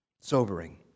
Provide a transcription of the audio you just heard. Sobering